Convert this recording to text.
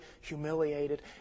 humiliated